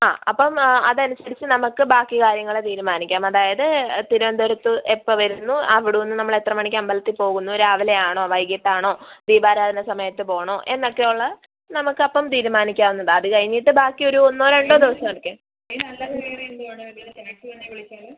ആ അപ്പം അതനുസരിച്ച് നമുക്ക് ബാക്കി കാര്യങ്ങള് തീരുമാനിക്കാം അതായത് തിരുവനന്തപുരത്ത് എപ്പം വരുന്നു അവിടെ നിന്ന് നമ്മളെത്ര മണിക്ക് അമ്പലത്തിൽ പോകുന്നു രാവിലെയാണോ വൈകിട്ടാണോ ദീപാരാധന സമയത്ത് പോകണോ എന്നൊക്കെയുള്ള നമുക്ക് ഇപ്പം തീരുമാനിക്കാവുന്നതാണ് അത് കഴിഞ്ഞിട്ട് ബാക്കിയൊരു ഒന്നോ രണ്ടോ ദിവസമൊക്കെ